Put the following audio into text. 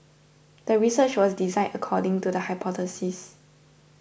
the research was designed according to the hypothesis